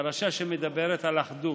זו פרשה שמדברת על אחדות.